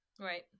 Right